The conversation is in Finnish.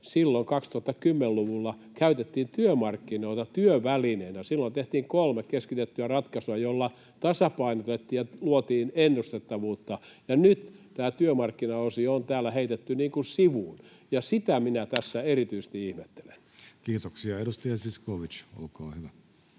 Silloin 2010-luvulla käytettiin työmarkkinoita työvälineenä. Silloin tehtiin kolme keskitettyä ratkaisua, joilla tasapainotettiin ja luotiin ennustettavuutta. Nyt tämä työmarkkinaosio on täällä heitetty sivuun, ja sitä minä tässä erityisesti ihmettelen. Kiitoksia. — Edustaja Zyskowicz, olkaa hyvä.